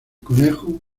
conejo